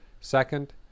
Second